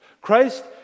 Christ